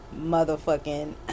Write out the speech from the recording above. motherfucking